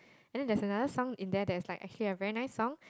and then there's another song in there that is like actually a very nice song